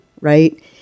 Right